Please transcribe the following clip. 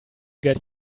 get